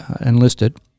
enlisted